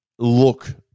look